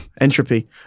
entropy